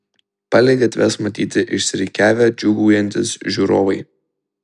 palei gatves matyti išsirikiavę džiūgaujantys žiūrovai